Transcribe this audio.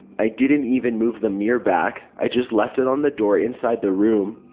i didn't even move the mirror back. i just left it on the door inside the room.